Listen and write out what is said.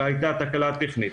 כי הייתה תקלה טכנית.